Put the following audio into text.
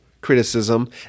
criticism